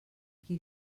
qui